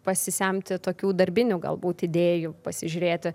pasisemti tokių darbinių galbūt idėjų pasižiūrėti